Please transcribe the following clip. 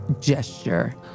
gesture